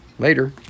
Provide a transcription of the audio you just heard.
Later